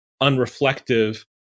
unreflective